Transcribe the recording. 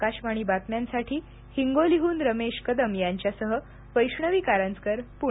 आकाशवाणी बातम्यांसाठी हिंगोलीहून रमेश कदम यांच्यासह वैष्णवी कारंजकर पुणे